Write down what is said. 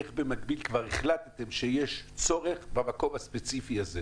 איך במקביל כבר החלטתם שיש צורך במקום הספציפי הזה?